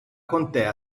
contea